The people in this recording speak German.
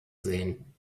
sehen